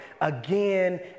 again